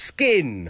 Skin